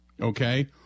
okay